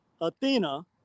Athena